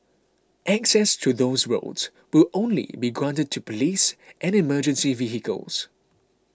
access to those roads will only be granted to police and emergency vehicles